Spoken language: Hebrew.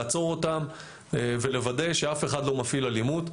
לעצור אותם ולוודא שאף אחד לא מפעיל אלימות.